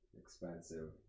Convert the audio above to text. expensive